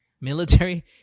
Military